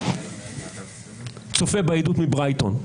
צופה בעדות מברייטון.